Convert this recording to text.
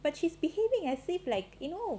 but she's behaving as if like you know